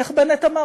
איך בנט אמר?